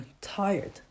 tired